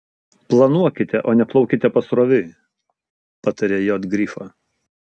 planuokite o ne plaukite pasroviui pataria j grifo